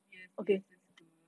yes yes that's good